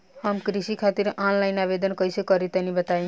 हम कृषि खातिर आनलाइन आवेदन कइसे करि तनि बताई?